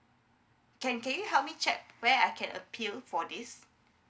can can you help me check where I can appeal for this